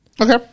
okay